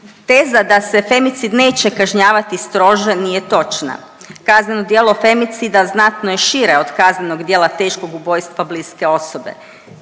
Teza da se femicid neće kažnjavati strože nije točna. Kazneno djelo femicida znatno je šire od kaznenog djela teškog ubojstva bliske osobe.